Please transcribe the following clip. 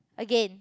again